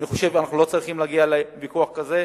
אני חושב שאנחנו לא צריכים להגיע לוויכוח כזה,